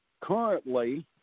currently